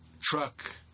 truck